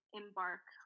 embark